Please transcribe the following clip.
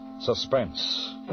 Suspense